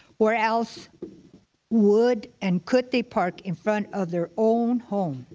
where else would and could they park in front of their own home?